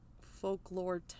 folklore